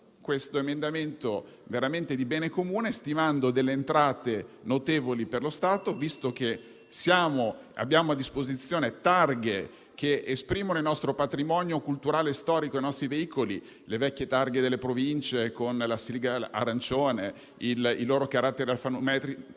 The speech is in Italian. un emendamento di bene comune stimando delle entrate notevoli per lo Stato, visto che abbiamo a disposizione targhe che esprimono il patrimonio culturale storico dei nostri veicoli (le vecchie targhe delle Province con la sigla arancione, i loro caratteri alfanumerici